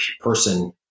person